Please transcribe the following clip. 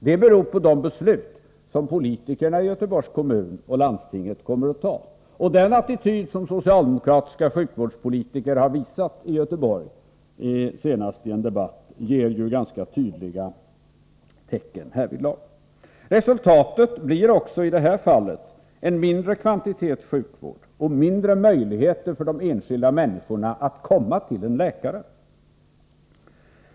Det beror på de beslut som politikerna i Göteborgs kommun och i landstinget kommer att ta. Den attityd som socialdemokratiska sjukvårdspolitiker har visat i Göteborg — senast i en debatt — ger ju ganska tydliga tecken härvidlag. Resultatet blir också i det här fallet en mindre kvantitet sjukvård och mindre möjligheter för de enskilda människorna att komma till en läkare.